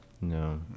No